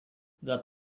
that